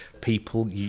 people